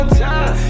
time